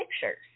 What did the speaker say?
pictures